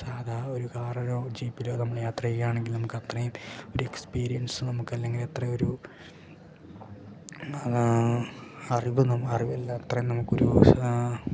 സാധാ ഒരു കാറിലോ ജീപ്പിലോ നമ്മൾ യാത്ര ചെയ്യുകയാണെങ്കിൽ നമുക്കത്രയും ഒരു എക്സ്പീരിയൻസ് നമുക്ക് അല്ലെങ്കിൽ അത്രയും ഒരു അറിവ് അറിവില്ല അത്രയും നമുക്കൊരു